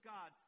God